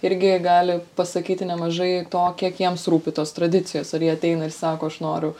irgi gali pasakyti nemažai to kiek jiems rūpi tos tradicijos ar jie ateina ir sako aš noriu